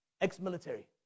Ex-military